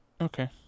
Okay